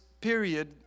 period